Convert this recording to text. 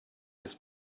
his